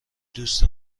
دوست